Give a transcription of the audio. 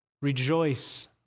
rejoice